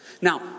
Now